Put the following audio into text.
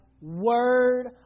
word